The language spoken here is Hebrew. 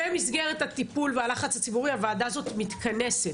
במסגרת הטיפול והלחץ הציבורי, הוועדה הזאת מתכנסת,